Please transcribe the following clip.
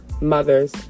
mothers